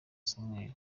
samuel